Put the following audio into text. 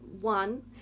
one